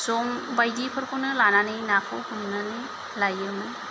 जं बायदिफोरखौनो लानानै नाखौ हमनानै लायोमोन